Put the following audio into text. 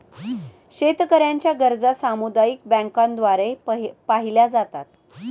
शेतकऱ्यांच्या गरजा सामुदायिक बँकांद्वारे पाहिल्या जातात